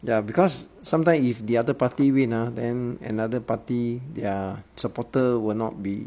ya because sometimes if the other party win ah then another party their supporter will not be